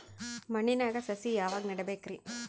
ಮಣ್ಣಿನಾಗ ಸಸಿ ಯಾವಾಗ ನೆಡಬೇಕರಿ?